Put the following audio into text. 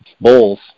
bulls